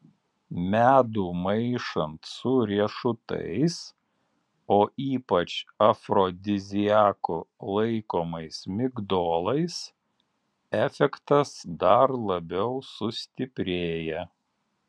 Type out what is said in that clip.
medų maišant su riešutais o ypač afrodiziaku laikomais migdolais efektas dar labiau sustiprėja